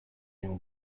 nią